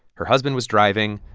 her husband was driving.